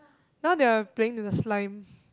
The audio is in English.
now they're playing with the slime